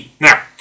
Now